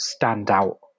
standout